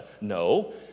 No